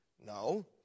No